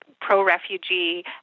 pro-refugee